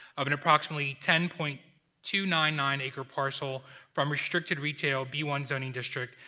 of an approximately ten point two nine nine acre parcel from restricted retail, b one zoning district,